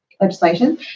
legislation